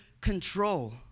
control